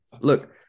look